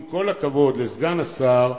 עם כל הכבוד לסגן השר,